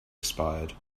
expired